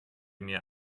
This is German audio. mir